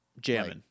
Jamming